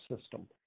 system